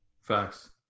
Facts